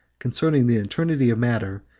concerning the eternity of matter,